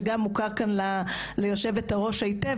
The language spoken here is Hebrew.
שגם מוכר כאן ליו"ר היטב,